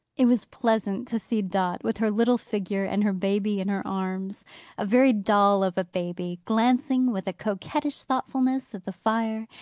it was pleasant to see dot, with her little figure and her baby in her arms a very doll of a baby glancing with a coquettish thoughtfulness at the fire,